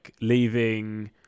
leaving